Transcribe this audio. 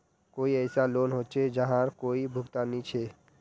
कोई ऐसा लोन होचे जहार कोई भुगतान नी छे?